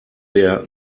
der